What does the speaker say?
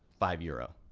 five euro.